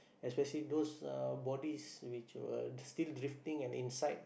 especially those uh bodies which were still drifting and inside